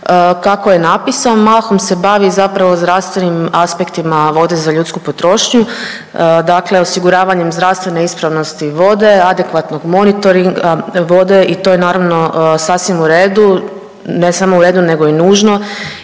kako je napisan mahom se bavi zapravo zdravstvenim aspektima vode za ljudsku potrošnju. Dakle, osiguravanjem zdravstvene ispravnosti vode, adekvatnog monitoringa vode i to je naravno sasvim u redu ne samo u redu nego i nužno